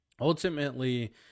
Ultimately